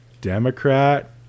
Democrat